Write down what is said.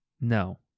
No